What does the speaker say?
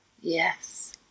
Yes